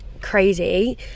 crazy